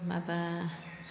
माबा